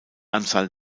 anzahl